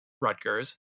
Rutgers